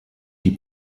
die